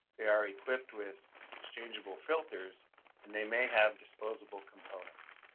they are equipped with exchangeable filters and they may have disposable components.